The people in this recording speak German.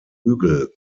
hügel